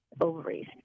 ovaries